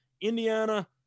Indiana